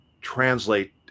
translate